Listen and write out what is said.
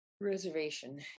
reservation